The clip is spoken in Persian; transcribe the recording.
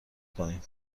کنیم